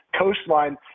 coastline